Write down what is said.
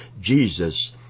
Jesus